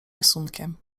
rysunkiem